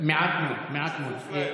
מעט מאוד, מעט מאוד.